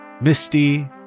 Misty